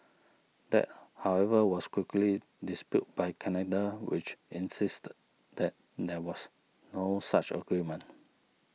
that however was quickly disputed by Canada which insisted that there was no such agreement